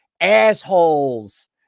assholes